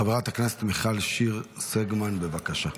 חברת הכנסת מיכל שיר סגמן, בבקשה.